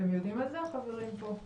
אתם יודעים על זה, חברים פה?